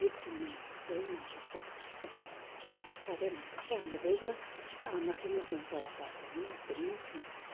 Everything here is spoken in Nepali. गीत सुन्नु मलाई खुबै मनपर्छ र मलाई चरा साह्रै मनपर्छ हाम्रो भेगमा मसिनो मसिनो चरा पाए तापनि अति नै सुन्दर छ